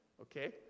okay